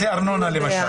ארנונה למשל.